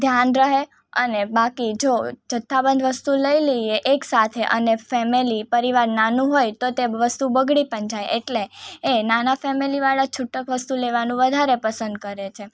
ધ્યાન રહે અને બાકી જો જથ્થાબંધ વસ્તુ લઈ લઈએ એક સાથે અને ફેમેલી પરિવાર નાનું હોય તો તે વસ્તુ બગડી પણ જાય એટલે એ નાના ફેમેલીવાળા છૂટક વસ્તુ લેવાનું વધારે પસંદ કરે છે